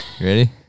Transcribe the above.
ready